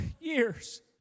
years